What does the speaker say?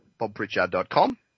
bobpritchard.com